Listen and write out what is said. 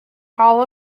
hall